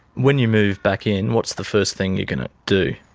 when you move back in, what's the first thing you're going to do?